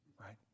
right